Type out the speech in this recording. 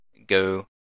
go